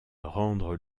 rendre